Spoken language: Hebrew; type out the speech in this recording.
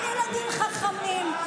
הם ילדים חכמים,